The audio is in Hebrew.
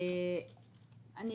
אני